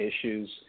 issues